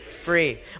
free